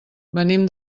venim